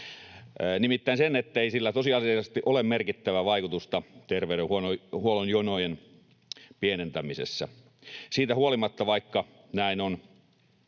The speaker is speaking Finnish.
nimittäin sen, ettei niillä tosiasiallisesti ole merkittävää vaikutusta terveydenhuollon jonojen pienentämisessä. Siitä huolimatta, että näin on,